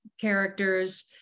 characters